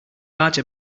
large